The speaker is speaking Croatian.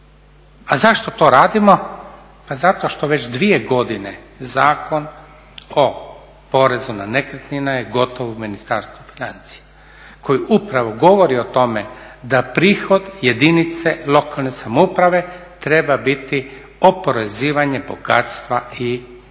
A zašto to radimo, pa zato što već dvije godine Zakon o porezu na nekretnine je gotov u Ministarstvu financija, koji upravo govori o tome da prihod jedinice lokalne samouprave treba biti oporezivanje bogatstva i imovine